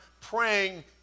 praying